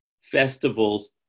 festivals